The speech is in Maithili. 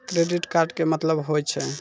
क्रेडिट कार्ड के मतलब होय छै?